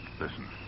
Listen